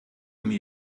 mir